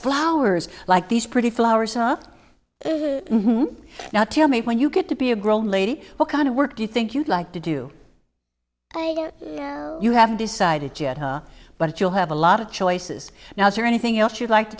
flowers like these pretty flowers up now tell me when you get to be a grown lady what kind of work do you think you'd like to do you haven't decided yet ha but you'll have a lot of choices now is there anything else you'd like to